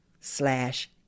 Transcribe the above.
slash